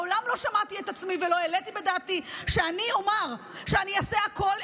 מעולם לא שמעתי את עצמי ולא העליתי בדעתי שאני אומר שאני אעשה הכול,